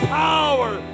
power